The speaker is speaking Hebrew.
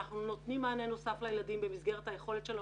אנחנו נותנים מענה נוסף לילדים במסגרת היכולת שלנו